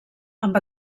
amb